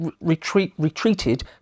retreated